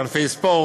נלמדים ענפי ספורט,